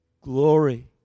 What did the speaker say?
glory